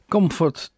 Comfort